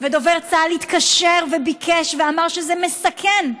ודובר צה"ל התקשר וביקש ואמר שזה מסכן.